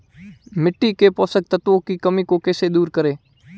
मिट्टी के पोषक तत्वों की कमी को कैसे दूर करें?